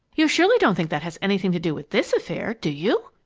you surely don't think that has anything to do with this affair, do you?